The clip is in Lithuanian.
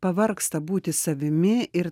pavargsta būti savimi ir